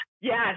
yes